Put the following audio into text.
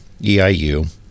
EIU